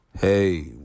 Hey